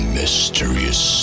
mysterious